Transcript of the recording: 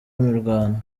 imirwano